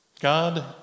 God